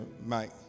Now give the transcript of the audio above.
Mike